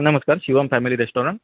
नमस्कार Shivam family restaurant